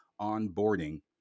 onboarding